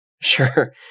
sure